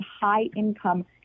high-income